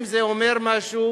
אם זה אומר משהו,